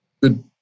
good